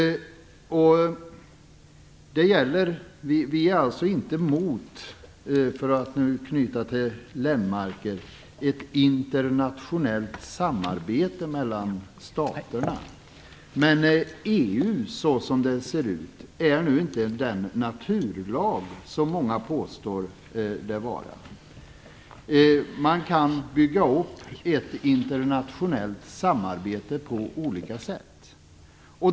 Vi är alltså inte emot, för att nu anknyta till det Göran Lennmarker sade, ett internationellt samarbete mellan staterna. Men EU, som det nu ser ut, är inte den naturlag som många påstår den vara. Man kan bygga upp ett internationellt samarbete på olika sätt.